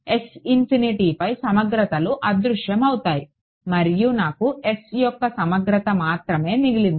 S ఇన్ఫినిటీపై సమగ్రతలు అదృశ్యమవుతాయి మరియు నాకు S యొక్క సమగ్రత మాత్రమే మిగిలింది